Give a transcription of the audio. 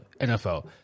NFL